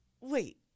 wait